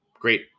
great